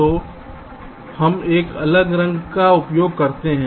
तो हम एक अलग रंग का उपयोग करते हैं